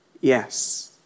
yes